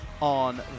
on